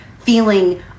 feeling